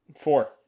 Four